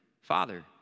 Father